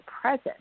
present